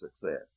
success